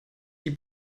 die